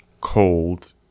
cold